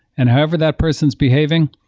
and however that person is behaving,